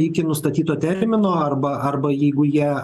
iki nustatyto termino arba arba jeigu jie